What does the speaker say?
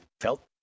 felt